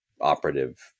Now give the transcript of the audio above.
operative